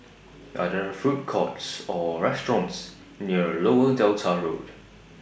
Are There Food Courts Or restaurants near Lower Delta Road